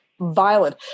violent